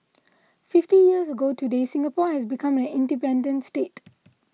fifty years ago today Singapore has become an independent state